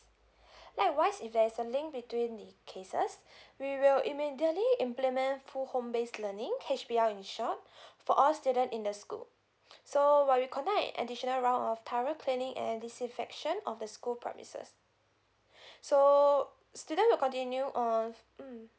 likewise if there's a link between the cases we will immediately implement full home base learning H_B_L in short for all student in the school so while we conduct additional round of thorough cleaning and disinfection of the school premises so student will continue of hmm